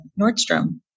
Nordstrom